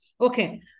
Okay